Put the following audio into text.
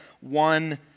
one